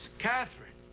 katherine,